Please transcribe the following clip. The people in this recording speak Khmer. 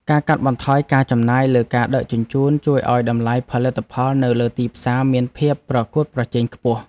ការកាត់បន្ថយការចំណាយលើការដឹកជញ្ជូន ជួយឱ្យតម្លៃផលិតផលនៅលើទីផ្សារមានភាពប្រកួតប្រជែងខ្ពស់។